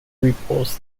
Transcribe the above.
repulsed